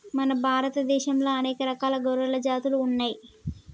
మన భారత దేశంలా అనేక రకాల గొర్రెల జాతులు ఉన్నయ్యి